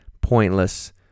pointless